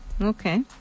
okay